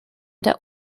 der